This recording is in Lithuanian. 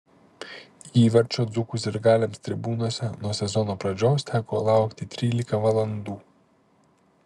įvarčio dzūkų sirgaliams tribūnose nuo sezono pradžios teko laukti trylika valandų